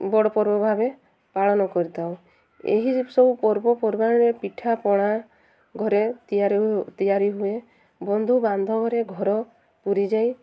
ବଡ଼ ପର୍ବ ଭାବେ ପାଳନ କରିଥାଉ ଏହି ସବୁ ପର୍ବପର୍ବାଣୀରେ ପିଠାପଣା ଘରେ ତିଆରି ତିଆରି ହୁଏ ବନ୍ଧୁ ବାନ୍ଧବରେ ଘର ପୁରି ଯାଇ